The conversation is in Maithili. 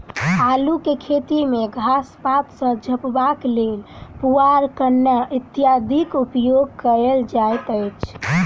अल्लूक खेती मे घास पात सॅ झपबाक लेल पुआर, कन्ना इत्यादिक उपयोग कयल जाइत अछि